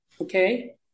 Okay